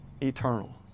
eternal